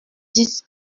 dix